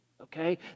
okay